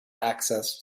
access